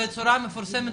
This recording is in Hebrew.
בצורה מפורסמת,